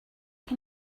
can